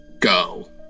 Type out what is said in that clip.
go